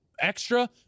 extra